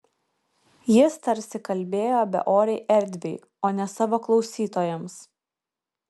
jis tarsi kalbėjo beorei erdvei o ne savo klausytojams